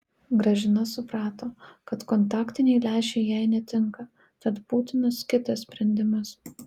gražina suprato kad kontaktiniai lęšiai jai netinka tad būtinas kitas sprendimas